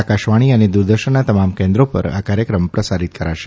આકાશવાણી અને દૂરદર્શનના તમામ કેન્દ્રો પર આ કાર્યક્રમ પ્રસારિત કરશે